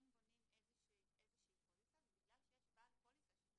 הם בונים איזושהי פוליסה ובגלל שיש בעל פוליסה שזה